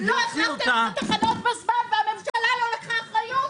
לא החלפתם תחנות בזמן והממשלה לא לקחה אחריות.